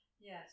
Yes